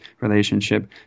relationship